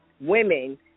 women